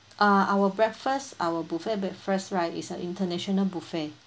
uh our breakfast our buffet breakfast right is an international buffet